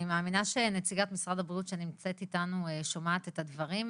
אני מאמינה שנציגת משרד הבריאות שנמצאת איתנו שומעת את הדברים.